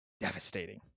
devastating